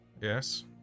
Yes